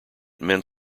mint